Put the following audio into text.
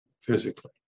physically